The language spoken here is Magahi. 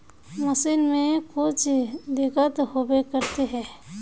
मशीन में कुछ दिक्कत होबे करते है?